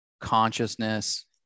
consciousness